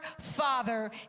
Father